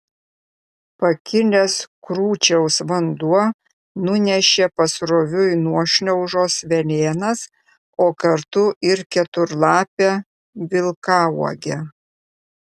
pakilęs krūčiaus vanduo nunešė pasroviui nuošliaužos velėnas o kartu ir keturlapę vilkauogę